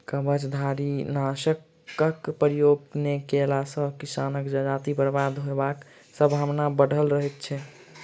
कवचधारीनाशकक प्रयोग नै कएला सॅ किसानक जजाति बर्बाद होयबाक संभावना बढ़ल रहैत छै